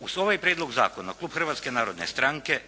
Uz ovaj prijedlog zakona klub Hrvatske narodne stranke